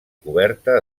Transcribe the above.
coberta